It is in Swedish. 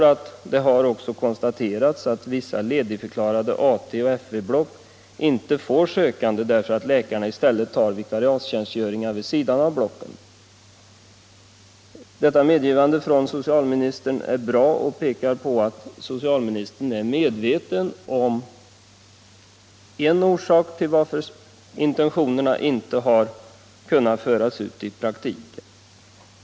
I svaret sägs: ”Det har också konstaterats att vissa ledigförklarade AT och FV-block inte får sökande därför att läkarna i stället tar vikariattjänstgöringar vid sidan av blocken.” Det är bra att socialministern gör detta konstaterande. Det pekar på att han är medveten om en orsak till att intentionerna inte har kunnat föras ut i praktiken.